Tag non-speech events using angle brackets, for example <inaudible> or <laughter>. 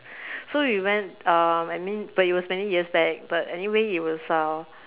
<breath> so we went uh I mean but it was many years back but anyway he was uh